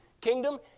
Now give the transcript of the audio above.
kingdom